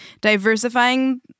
diversifying